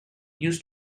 used